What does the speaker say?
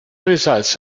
results